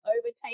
overtake